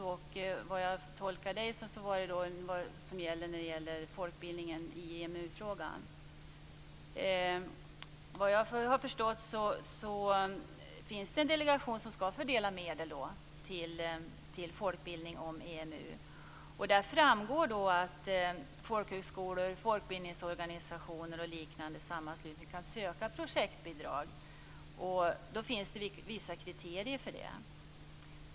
Som jag tolkar Dan Kihlström handlade det också om vad som gäller kring folkbildningen i EMU-frågan. Såvitt jag förstår finns det en delegation som skall fördela medel till folkbildning om EMU. Där framgår att folkhögskolor, folkbildningsorganisationer och liknande sammanslutningar kan söka projektbidrag. Det finns vissa kriterier för det.